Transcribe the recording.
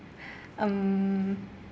um